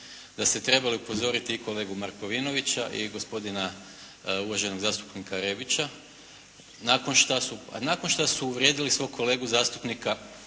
da ste trebali upozoriti i kolegu Markovinovića i gospodina uvaženog zastupnika Rebića nakon šta su uvrijedili svog kolegu zastupnika